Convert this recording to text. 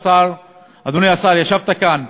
אדוני השר, ישבת כאן,